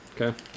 Okay